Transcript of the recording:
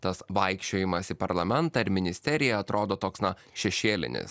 tas vaikščiojimas į parlamentą ir ministeriją atrodo toks na šešėlinis